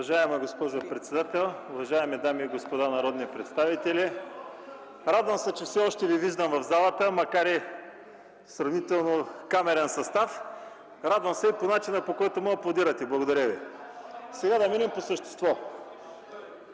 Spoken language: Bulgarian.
Уважаема госпожо председател, уважаеми дами и господа народни представители! Радвам се, че все още ви виждам в залата, макар и сравнително в камерен състав. Радвам се и за начина, по който ме аплодирате. Благодаря ви. (Реплики от